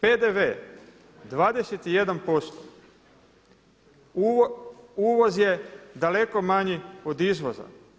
PDV 21%, uvoz je daleko manji od izvoza.